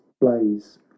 blaze